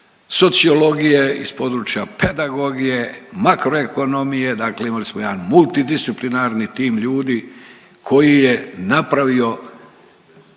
sociologije, iz područja pedagogije, makro ekonomije. Dakle, imali smo jedan multidisciplinarni tim ljudi koji je napravio